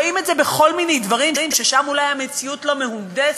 רואים את זה בכל מיני דברים ששם אולי המציאות לא מהונדסת.